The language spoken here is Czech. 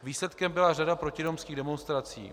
Výsledkem byla řada protiromských demonstrací.